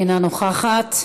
אינה נוכחת.